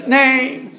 name